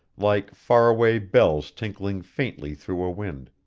like far-away bells tinkling faintly through a wind,